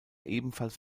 ebenfalls